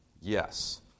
Yes